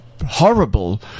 horrible